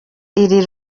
iri